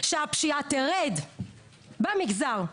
שהפשיעה תרד במגזר.